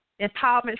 Empowerment